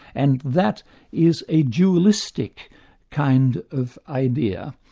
and that is a dualistic kind of idea,